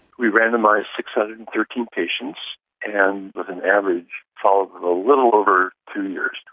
we randomised six hundred and thirteen patients and with an average followed them a little over two years.